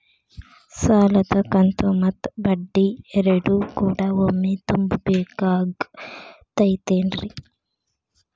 ಸಾಲದ ಕಂತು ಮತ್ತ ಬಡ್ಡಿ ಎರಡು ಕೂಡ ಒಮ್ಮೆ ತುಂಬ ಬೇಕಾಗ್ ತೈತೇನ್ರಿ?